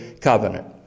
covenant